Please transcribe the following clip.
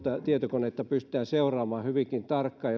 tietokoneita pystytään seuraamaan hyvinkin tarkkaan